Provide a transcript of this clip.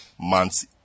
months